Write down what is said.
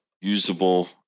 usable